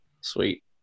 Sweet